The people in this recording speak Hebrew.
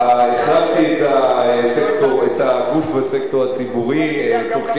החלפתי את הגוף בסקטור הציבורי תוך כדי.